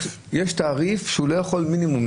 יש תעריף שהוא לא יכול לקבל פחות ממנו.